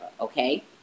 Okay